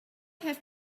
have